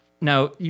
Now